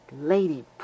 Lady